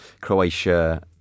Croatia